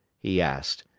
he asked.